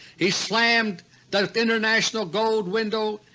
he slammed the international gold window,